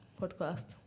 podcast